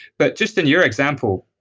but just in your example,